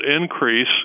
increase